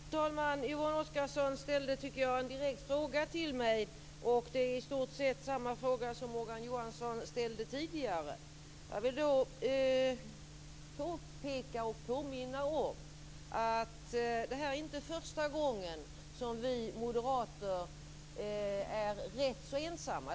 Fru talman! Yvonne Oscarsson ställde en direkt fråga till mig, och det är i stort sett samma fråga som Morgan Johansson ställde tidigare. Jag vill då påpeka och påminna om att det inte är första gången som vi moderater är rätt så ensamma.